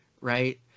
right